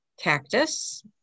Cactus